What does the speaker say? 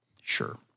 Sure